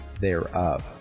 Thereof